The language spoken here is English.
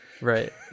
right